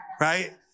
right